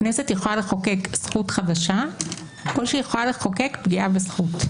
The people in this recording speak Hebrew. הכנסת יכולה לחוקק זכות חדשה כמו שהיא יכולה לחוקק פגיעה בזכות.